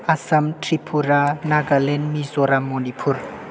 Assam Tripura Nagaland Mizoram Manipur